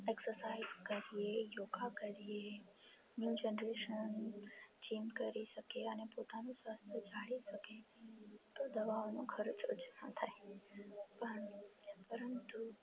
exercise કરીએ yoga કરીએ new generation gym કરી શકીએ અને પોતાનું સ્વાસ્થ્ય જાળવી શકીએ તો દવાઓનો ખર્ચ ઓછો થાય પણ પરંતુ